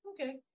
okay